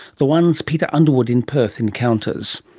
the ones peter underwood in perth encounters.